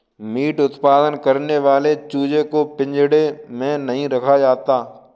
meet उत्पादन करने वाले चूजे को पिंजड़े में नहीं रखा जाता